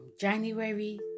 January